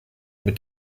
mit